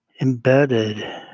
embedded